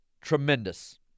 tremendous